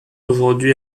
aujourd’hui